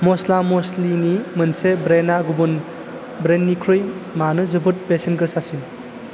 मस्ला मस्लिनि मोनसे ब्रेन्डा गुबुन ब्रेन्डनिख्रुइ मानो जोबोद बेसेन गोसासिन